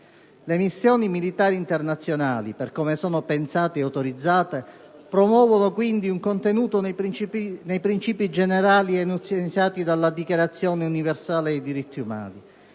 Le missioni militari internazionali, per come sono pensate ed autorizzate, promuovono quindi ciò che è contenuto nei principi generali enunciati dalla Dichiarazione universale dei diritti umani: